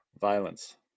violence